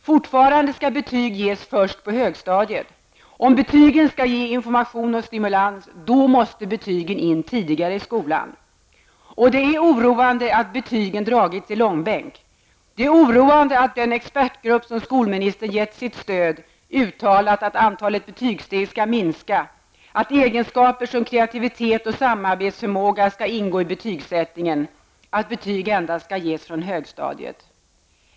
Fortfarande skall betyg ges först på högstadiet. Om betygen skall ge information och stimulans då måste betygen föras in tidigare i skolan. Det är oroande att frågan om betygen dragits i långbänk. Det är oroande att den expertgrupp som skolministern gett sitt stöd uttalat att antalet betygssteg skall minska, att egenskaper som kreativitet och samarbetsförmåga skall ingå i betygsättningen och att betyg endast skall ges från högstadiet.